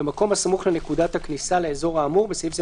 במקום הסמוך לנקודת הכניסה לאזור האמור (בסעיף זה,